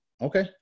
okay